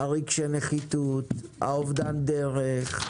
הרגשי נחיתות, האובדן דרך,